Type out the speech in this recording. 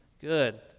Good